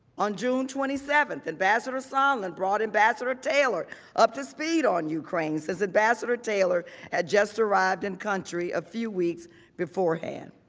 on june twenty seven, ambassador sondland brought ambassador taylor up to speed on ukraine, ambassador taylor had just arrived in country a few weeks before hand.